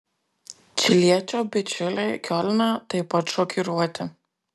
čiliečio bičiuliai kiolne taip pat šokiruoti